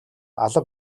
алга